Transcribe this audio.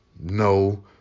No